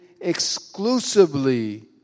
exclusively